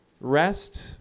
Rest